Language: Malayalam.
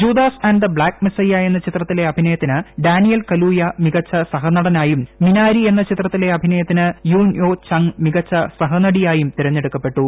Judas and the Black Messiah എന്ന ചിത്രത്തിലെ അഭിനയത്തിന് ഡാനിയൽ് കലൂർ മികച്ച സഹനടനായും മിനാരി എന്ന ചിത്രത്തിലെ അഭിനയത്തിന് യുൻ യോ ചംഗ് മികച്ച സഹനടിയായും തെരഞ്ഞെടുക്കപ്പെട്ടു